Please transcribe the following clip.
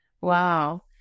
Wow